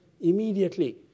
immediately